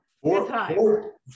Four